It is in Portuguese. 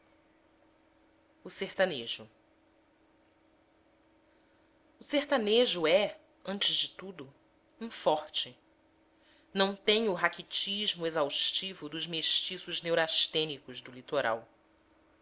séculos o sertanejo é antes de tudo um forte não tem o raquitismo exaustivo dos mestiços neurastênicos do litoral